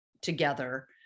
together